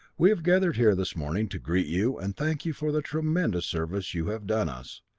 we have gathered here this morning to greet you and thank you for the tremendous service you have done us.